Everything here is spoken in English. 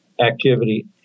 activity